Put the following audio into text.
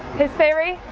his theory?